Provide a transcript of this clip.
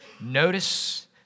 Notice